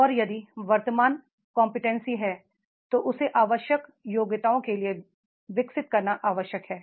और यदि वर्तमान कंप्यूटसी है तो उसे आवश्यक योग्यता के लिए विकसित करना आवश्यक है